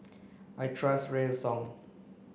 I trust Redoxon